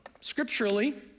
scripturally